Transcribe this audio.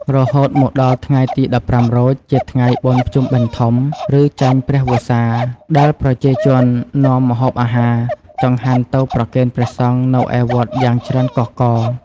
រហូតមកដល់ថ្ងៃទី១៥រោចជាថ្ងៃបុណ្យភ្ជុំបិណ្ឌធំ ឬចេញព្រះវស្សា ដែលប្រជាជននាំម្អូបអាហារ ចង្ហាន់ទៅប្រគេនព្រះសង្ឃនៅឯវត្តយ៉ាងច្រើនកុះករ។